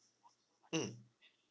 mm